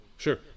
Sure